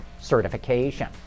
certification